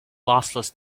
lossless